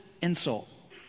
insult